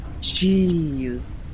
Jeez